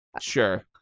sure